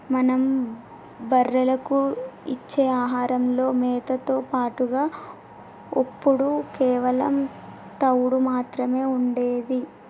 మనం బర్రెలకు ఇచ్చే ఆహారంలో మేతతో పాటుగా ఒప్పుడు కేవలం తవుడు మాత్రమే ఉండేది